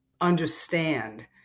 understand